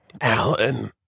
Alan